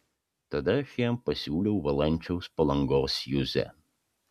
tada aš jam pasiūliau valančiaus palangos juzę